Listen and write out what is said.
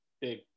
big